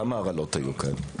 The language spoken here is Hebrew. כמה הרעלות היו פה?